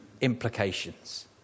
implications